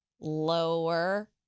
Lower